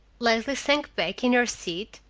leslie sank back in her seat,